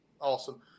Awesome